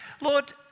Lord